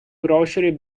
grocery